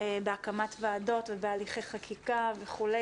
בהקמת ועדות והליכי חקיקה וכולי,